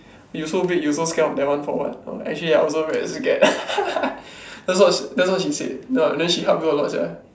you so big you so scared of that one for what no actually I also very scared that's what that's what she said ya then she help you a lot sia